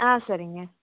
ஆ சரிங்க